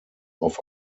auf